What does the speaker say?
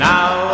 Now